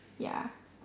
ya